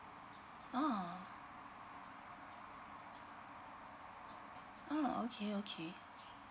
ah ah okay okay